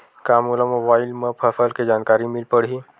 का मोला मोबाइल म फसल के जानकारी मिल पढ़ही?